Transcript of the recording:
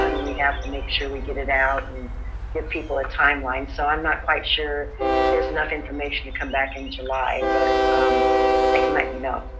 and we have to make sure we get it out, and give people a timeline. so i'm not quite sure if there's enough information to come back in july. but i can let you know.